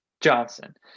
Johnson